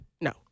No